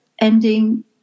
ending